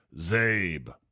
Zabe